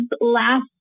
last